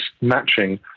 matching